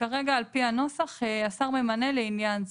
שכרגע על פי הנוסח, השר ממנה לעניין זה.